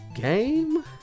game